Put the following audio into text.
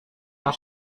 yang